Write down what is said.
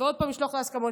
ועוד פעם לשלוח את ההסכמות.